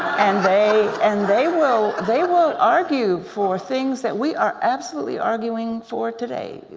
and they and they will they will argue for things that we are absolutely arguing for today.